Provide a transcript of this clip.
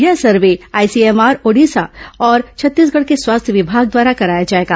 यह survey ICMR Odisha और छत्तीसगढ़ के स्वास्थ्य विभाग द्वारा कराया जाएगा